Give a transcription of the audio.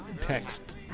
text